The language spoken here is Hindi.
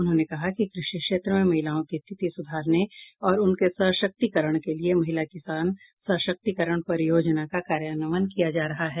उन्होंने कहा कि कृषि क्षेत्र में महिलाओं की स्थिति सुधारने और उनके सशक्तिकरण के लिए महिला किसान सशक्तिकरण परियोजना का कार्यान्वयन किया जा रहा है